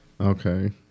Okay